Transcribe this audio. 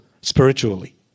spiritually